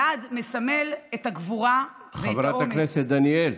אלעד מסמל את הגבורה ואת האומץ,